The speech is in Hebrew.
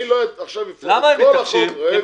אני לא אפתח את כל החוק עכשיו --- למה הם מתעקשים?